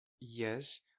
Yes